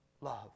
love